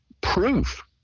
proof